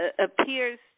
appears